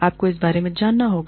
आपको इसके बारे में जानना होगा